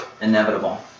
inevitable